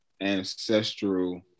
ancestral